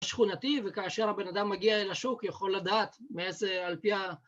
שכונתי וכאשר הבן אדם מגיע אל השוק יכול לדעת מאיזה על פי ה..